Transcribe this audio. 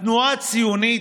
התנועה הציונית,